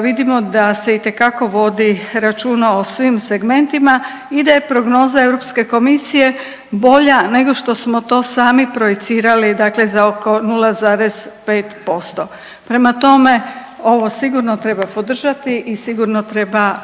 vidimo da se itekako vodi računa o svim segmentima i da je prognoza Europske komisije bolja nego što smo to sami projicirali, dakle za oko 0,5%. Prema tome, ovo sigurno treba podržati i sigurno treba